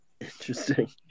Interesting